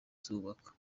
zubaka